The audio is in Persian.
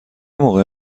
موقع